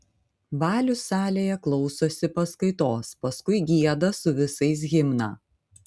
valius salėje klausosi paskaitos paskui gieda su visais himną